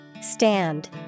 Stand